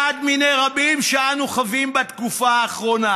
אחד מני רבים שאנו חווים בתקופה האחרונה.